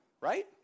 right